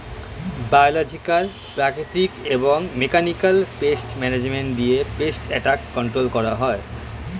biological, প্রাকৃতিক এবং mechanical pest management দিয়ে পেস্ট অ্যাটাক কন্ট্রোল করা হয়